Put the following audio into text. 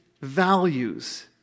values